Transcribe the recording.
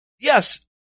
yes